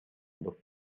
but